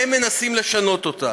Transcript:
והם מנסים לשנות אותה.